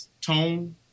tone